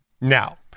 Now